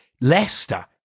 Leicester